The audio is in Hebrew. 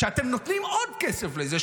שאתם נותנים עוד כסף לזה,